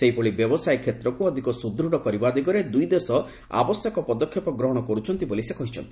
ସେହିଭଳି ବ୍ୟବସାୟ କ୍ଷେତ୍ରକୁ ଅଧିକ ସୁଦୃଢ଼ କରିବା ଦିଗରେ ଦୁଇ ଦେଶ ଆବଶ୍ୟକ ପଦକ୍ଷେପ ଗ୍ରହଣ କରୁଛନ୍ତି ବୋଲି ସେ କହିଛନ୍ତି